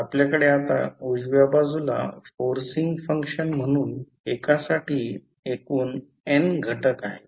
तर आपल्याकडे आता उजव्या बाजूला फोर्सिंग फंक्शन म्हणून एकासाठी एकूण n घटक आहेत